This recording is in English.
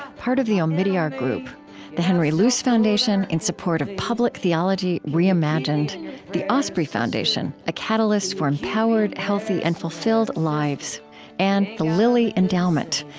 part of the omidyar group the henry luce foundation, in support of public theology reimagined the osprey foundation a catalyst for empowered, healthy, and fulfilled lives and the lilly endowment,